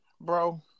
Bro